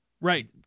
Right